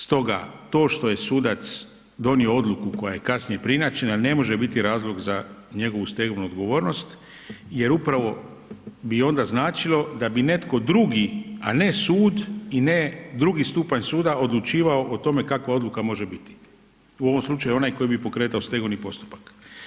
Stoga to što je sudac donio odluku koja je kasnije preinačena, ne može biti razlog za njegovu stegovnu odgovornost jer upravo bio onda značilo da bi netko drugi a ne sud i ne drugi stupanj suda, odlučivao o tome kakva odluka može biti, u ovom slučaju onaj koji bi pokretao stegovni postupak.